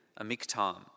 Amiktam